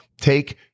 Take